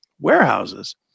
warehouses